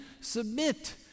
submit